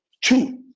Two